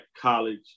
college